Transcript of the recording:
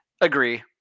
Agree